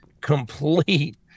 complete